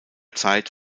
zeit